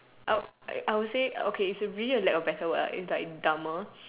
I would I would say okay it's like really lack of a better word it's like dumber